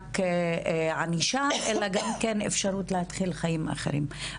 רק ענישה, אלא גם כן אפשרות להתחיל חיים אחרים.